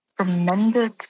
tremendous